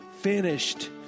finished